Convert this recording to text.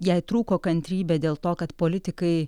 jai trūko kantrybė dėl to kad politikai